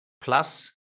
plus